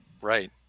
right